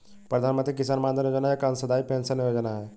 प्रधानमंत्री किसान मानधन योजना एक अंशदाई पेंशन योजना है